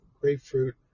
grapefruit